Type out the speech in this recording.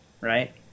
right